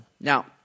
Now